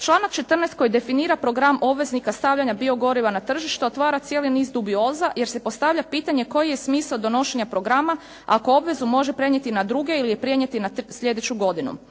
Članak 14. koji definira program obveznika stavljanja biogoriva na tržište otvara cijeli niz dubioza jer se postavlja pitanje koji je smisao donošenja programa ako obvezu može prenijeti na druge ili je prenijeti na slijedeću godinu.